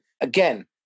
again